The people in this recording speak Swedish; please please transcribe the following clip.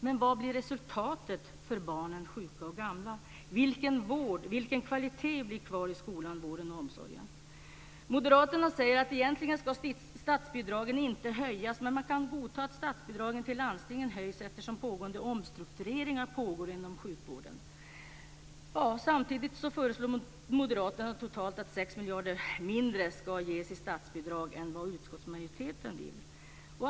Men vad blir resultatet för barn, sjuka och gamla? Vilken kvalitet blir kvar i vården, skolan och omsorgen? Moderaterna säger att statsbidragen egentligen inte ska höjas, men man kan godta att statsbidragen till landstingen höjs eftersom det pågår omstruktureringar inom sjukvården. Samtidigt föreslår Moderaterna att totalt 6 miljarder kronor mindre ska ges i statsbidrag jämfört med vad utskottsmajoriteten vill.